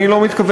אני לא מתכוון,